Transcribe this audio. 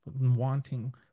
wanting